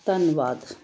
ਧੰਨਵਾਦ